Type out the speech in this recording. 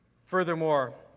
Furthermore